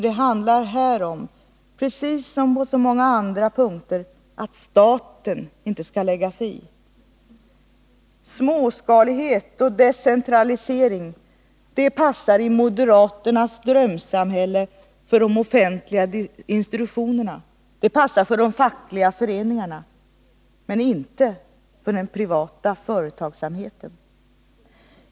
Det handlar här, precis som på så många andra punkter, om att staten inte skall lägga sig i. Småskalighet och decentralisering, det passar i moderaternas drömsamhälle för de offentliga institutionerna, det passar för de fackliga föreningarna men inte för den privata företagsamheten.